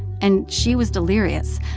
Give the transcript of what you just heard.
and she was delirious.